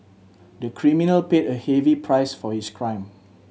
the criminal paid a heavy price for his crime